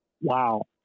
wow